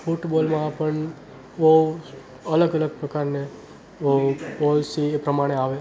ફૂટબોલમાં પણ વો અલગ અલગ પ્રકારને વો બૉલ્સ એ પ્રમાણે આવે